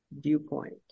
viewpoint